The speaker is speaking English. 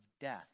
death